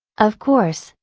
of course,